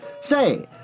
Say